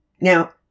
Now